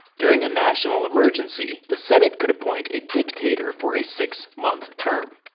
during a national emergency, the senate could appoint a dictator for a six months term.